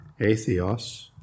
Atheos